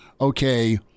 okay